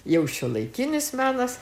jau šiuolaikinis menas